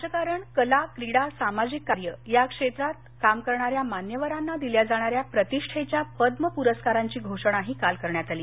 राजकारण कला क्रीडा सामाजिक कार्य या क्षेत्रात काम करणाऱ्या मान्यवरांना दिल्या जाणाऱ्या प्रतिष्ठेच्या पद्म प्रस्कारांची घोषणा काल करण्यात आली